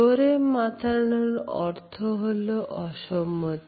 জোরে মাথা নাড়ানো অর্থ হলো অসম্মতি